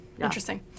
Interesting